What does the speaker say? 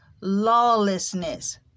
lawlessness